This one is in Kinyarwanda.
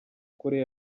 korea